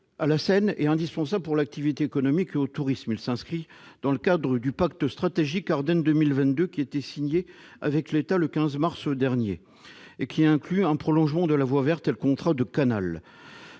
à la Seine, est indispensable à l'activité économique et au tourisme. Il s'inscrit dans le cadre du pacte stratégique Ardennes 2022, qui a été signé le 15 mars 2019 avec l'État, et qui prévoit le prolongement de la voie verte et le contrat de canal.